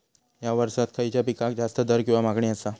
हया वर्सात खइच्या पिकाक जास्त दर किंवा मागणी आसा?